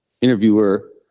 interviewer